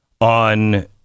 on